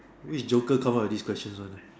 which joker come out with this questions one